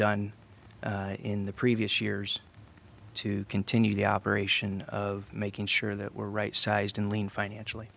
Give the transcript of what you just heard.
done in the previous years to continue the operation of making sure that we're right sized and lean financially